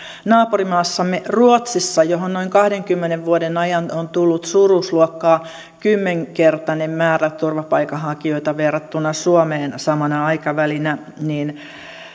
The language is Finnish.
naapurimaassamme ruotsissa mihin noin kahdenkymmenen vuoden ajan on tullut suuruusluokkaa kymmenkertainen määrä turvapaikanhakijoita verrattuna suomeen samana aikavälinä